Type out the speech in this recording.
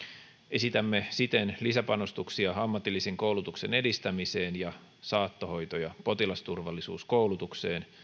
esitämme siten lisäpanostuksia ammatillisen koulutuksen edistämiseen ja saattohoito ja potilasturvallisuuskoulutukseen